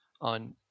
on